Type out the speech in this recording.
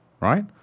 right